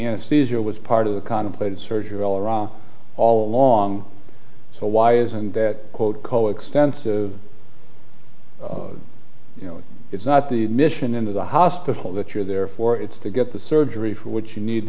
anesthesia was part of the contemplated surgery all around all along so why isn't that quote coextensive you know it's not the mission into the hospital that you're there for it's to get the surgery what you need t